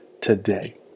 today